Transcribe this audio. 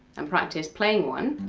and practice playing one